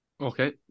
okay